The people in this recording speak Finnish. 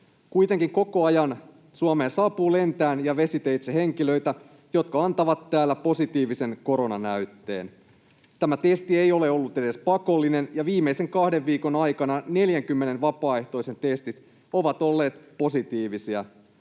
Kuitenkin koko ajan Suomeen saapuu lentäen ja vesiteitse henkilöitä, jotka antavat täällä positiivisen koronanäytteen. Tämä testi ei ole ollut edes pakollinen, ja viimeisen kahden viikon aikana 40 vapaaehtoisen testit ovat olleet positiivisia.